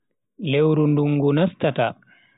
Lewru dungu nastata.